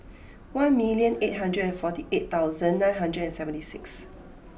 one million eight hundred and forty eight thousand nine hundred and seventy six